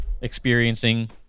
experiencing